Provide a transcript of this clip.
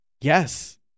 Yes